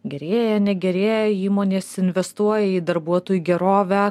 gerėja negerėja įmonės investuoja į darbuotojų gerovę